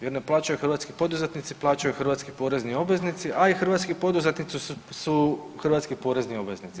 Jer ne plaćaju hrvatski poduzetnici, plaćaju hrvatski porezni obveznici, a i hrvatski poduzetnici su hrvatski porezni obveznici.